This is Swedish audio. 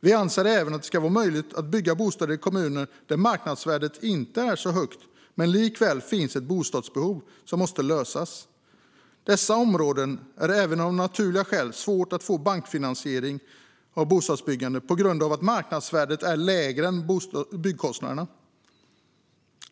Vi anser även att det ska vara möjligt att bygga bostäder i kommuner där marknadsvärdet inte är så högt men där det likväl finns ett bostadsbehov som måste lösas. I dessa områden är det även av naturliga skäl svårt att få bankfinansiering av bostadsbyggande på grund av att marknadsvärdet är lägre än byggkostnaderna.